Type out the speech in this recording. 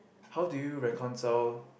how do you reconcile